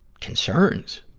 concerns?